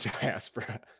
diaspora